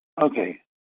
Okay